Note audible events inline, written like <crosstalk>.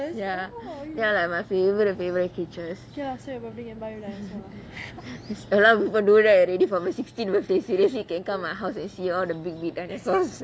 ya ya like my favourite favourite creatures <laughs> a lot of people do that already for my sixteen birthday seriously can come my house and see the big big dinosaurs